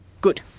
Good